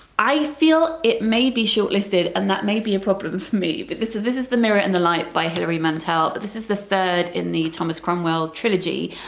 i feel it may be shortlisted and that may be a problem for me but this is this is the mirror and the light by hillary mantel but this is the third in the thomas cromwell trilogy.